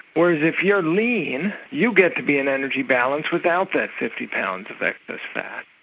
whereas if you're lean, you get to be in energy balance without that fifty pounds of excess fat.